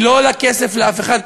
היא לא עולה כסף לאף אחד,